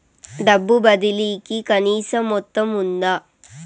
డబ్బు బదిలీ కి కనీస మొత్తం ఉందా?